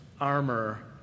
armor